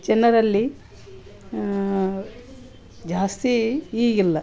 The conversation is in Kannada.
ಜನರಲ್ಲಿ ಜಾಸ್ತಿ ಈಗಿಲ್ಲ